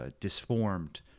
disformed